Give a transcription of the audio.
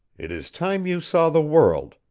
it is time you saw the world,